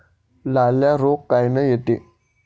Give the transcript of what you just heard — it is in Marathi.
लाल्या रोग कायनं येते?